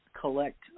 collect